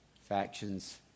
Factions